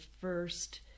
first